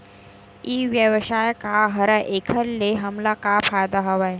ई व्यवसाय का हरय एखर से हमला का फ़ायदा हवय?